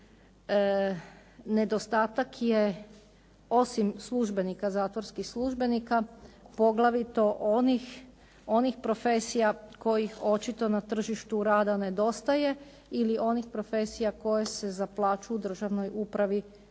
nedostatak je osim službenika, zatvorskih službenika poglavito onih profesija kojih očito na tržištu rada nedostaje ili onih profesija koje se za plaću u državnoj upravi ne